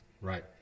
Right